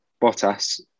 Bottas